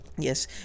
Yes